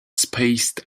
spaced